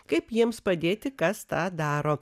kaip jiems padėti kas tą daro